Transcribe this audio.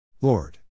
Lord